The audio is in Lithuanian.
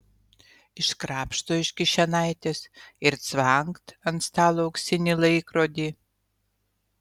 iškrapšto iš kišenaitės ir cvangt ant stalo auksinį laikrodį